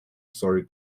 story